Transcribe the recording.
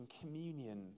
communion